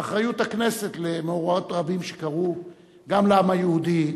אחריות הכנסת למאורעות רבים שקרו גם לעם היהודי,